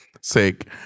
sake